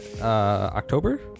October